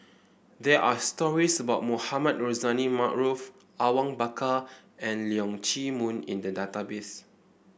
there are stories about Mohamed Rozani Maarof Awang Bakar and Leong Chee Mun in the database